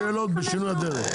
אלו אותן שאלות בשינוי אדרת.